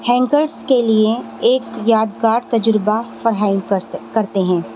کے لیے ایک یادگار تجربہ فراہم کرتے ہیں